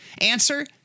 Answer